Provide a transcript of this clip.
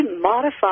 modify